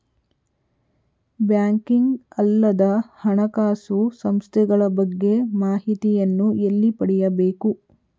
Banking ಅಲ್ಲದ ಹಣಕಾಸು ಸಂಸ್ಥೆಗಳ ಬಗ್ಗೆ ಮಾಹಿತಿಯನ್ನು ಎಲ್ಲಿ ಪಡೆಯಬೇಕು?